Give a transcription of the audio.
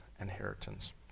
inheritance